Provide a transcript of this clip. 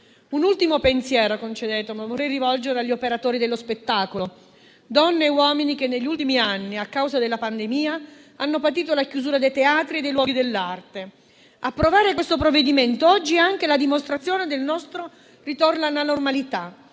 un ultimo pensiero agli operatori dello spettacolo; donne e uomini che negli ultimi anni, a causa della pandemia, hanno patito la chiusura dei teatri e dei luoghi dell'arte. Approvare questo provvedimento oggi è anche la dimostrazione del nostro ritorno alla normalità